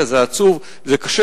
שאומרים "אסור להשליך פסולת",